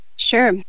Sure